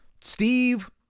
Steve